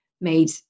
made